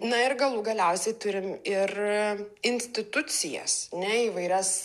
na ir galų galiausiai turim ir institucijas ne įvairias